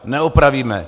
Neopravíme!